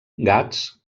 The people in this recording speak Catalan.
gats